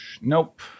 Nope